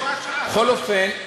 בכל אופן,